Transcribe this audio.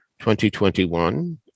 2021